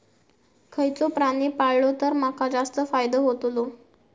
खयचो प्राणी पाळलो तर माका जास्त फायदो होतोलो?